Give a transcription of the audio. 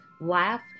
laugh